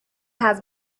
has